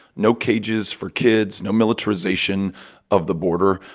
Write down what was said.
no cages for kids, no militarization of the border.